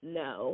no